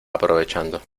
aprovechando